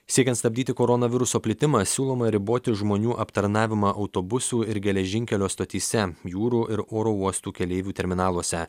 siekiant stabdyti koronaviruso plitimą siūloma riboti žmonių aptarnavimą autobusų ir geležinkelio stotyse jūrų ir oro uostų keleivių terminaluose